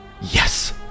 Yes